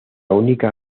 única